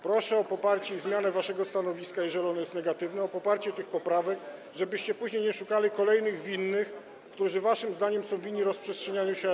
Proszę o zmianę waszego stanowiska, jeżeli ono jest negatywne, i o poparcie tych poprawek, żebyście później nie szukali kolejnych winnych, którzy waszym zdaniem są winni rozprzestrzenianiu się ASF.